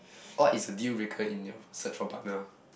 orh is a deal breaker in your search for partner